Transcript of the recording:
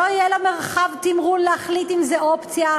שלא יהיה לה מרחב תמרון להחליט אם זו אופציה.